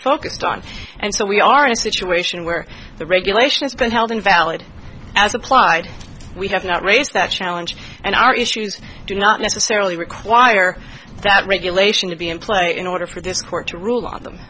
focused on and so we are in a situation where the regulation has been held invalid as applied we have not raised that challenge and our issues do not necessarily require that regulation to be in play in order for this court to rule on